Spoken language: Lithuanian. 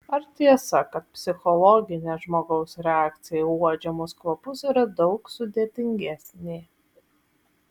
ar tiesa kad psichologinė žmogaus reakcija į uodžiamus kvapus yra daug sudėtingesnė